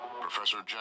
Professor